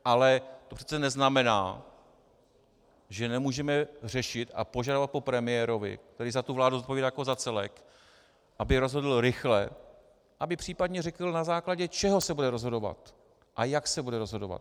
Ale to přece neznamená, že nemůžeme řešit a požadovat po premiérovi, který za tu vládu zodpovídá jako za celek, aby rozhodl rychle, aby případně řekl, na základě čeho se bude rozhodovat a jak se bude rozhodovat.